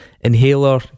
Inhaler